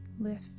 lift